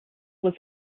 was